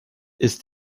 ist